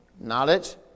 knowledge